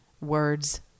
Words